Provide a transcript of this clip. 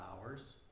hours